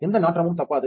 எந்த நாற்றமும் தப்பாது